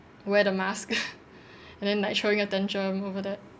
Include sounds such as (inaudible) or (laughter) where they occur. wear the mask (laughs) and then like throwing a tantrum over that